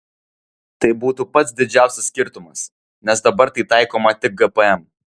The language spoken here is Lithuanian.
tai būtų pats didžiausias skirtumas nes dabar tai taikoma tik gpm